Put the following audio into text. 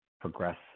progress